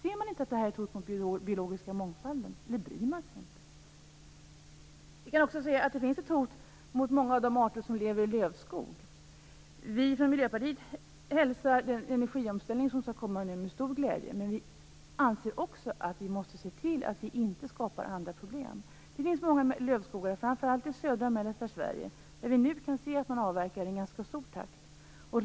Ser man inte att det är ett hot mot den biologiska mångfalden, eller bryr man sig inte? Det finns många lövskogar, framför allt i södra och mellersta Sverige, där man nu avverkar i en ganska snabb takt.